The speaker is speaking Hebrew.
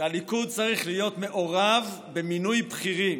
שהליכוד צריך להיות מעורב במינוי בכירים: